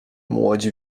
młodzi